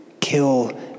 kill